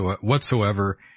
whatsoever